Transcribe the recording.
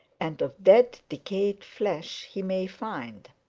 and of dead decayed flesh he may find.